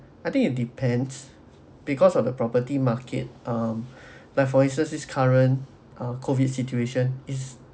I think it depends because of the property market um like for example this current uh COVID situation is